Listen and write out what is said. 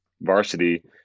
varsity